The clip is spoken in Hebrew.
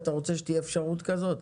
אתה רוצה שתהיה אפשרות כזאת.